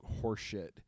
horseshit